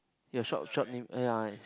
your short short name uh yeah